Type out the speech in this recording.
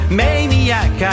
maniac